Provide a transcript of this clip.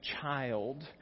child